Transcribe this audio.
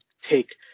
take